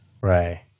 Right